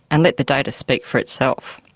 and let the data speak for itself.